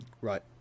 Right